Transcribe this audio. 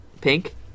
Pink